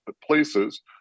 places